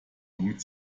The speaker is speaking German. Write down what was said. womit